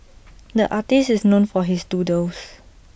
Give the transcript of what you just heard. the artist is known for his doodles